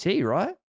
right